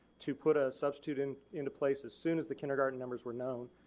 to put a substitute and into place as soon as the kindergarten numbers were known.